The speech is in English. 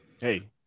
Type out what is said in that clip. hey